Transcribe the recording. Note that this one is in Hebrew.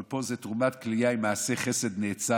אבל פה זה תרומת כליה, שהיא מעשה חסד נאצל.